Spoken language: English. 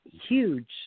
huge